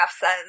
says